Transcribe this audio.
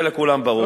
זה לכולם ברור.